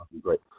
Great